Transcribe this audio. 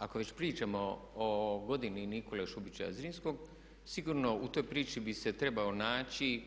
Ako već pričamo o godini Nikole Šubića Zrinskog sigurno u toj priči bi se trebao naći,